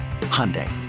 Hyundai